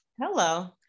Hello